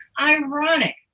Ironic